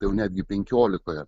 ir netgi penkiolikoje